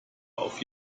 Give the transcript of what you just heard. auf